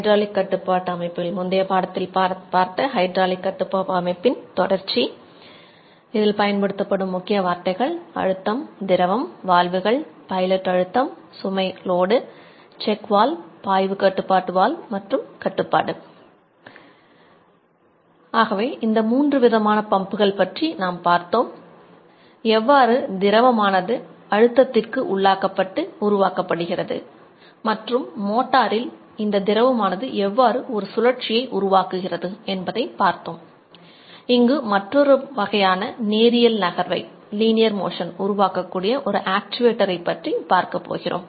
Mukhopadhyay மின்னியல் பொறியியல் துறை ஐஐடி கரக்பூர் தலைப்பு விரிவுரை 35 ஹைட்ராலிக் கட்டுப்பாட்டு அமைப்புகள் I முக்கிய வார்த்தைகள் அழுத்தம் திரவம் வால்வுகள் பைலட் அழுத்தம் சுமை ஆகவே மூன்று விதமான பம்புகள் பற்றி பார்க்க போகிறோம்